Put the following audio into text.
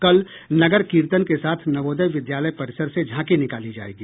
कल नगर कीर्तन के साथ नवोदय विद्यालय परिसर से झांकी निकाली जायेगी